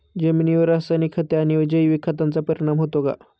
जमिनीवर रासायनिक खते आणि जैविक खतांचा परिणाम होतो का?